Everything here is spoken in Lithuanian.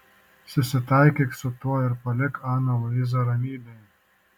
susitaikyk su tuo ir palik aną luizą ramybėje